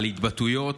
על התבטאויות,